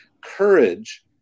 courage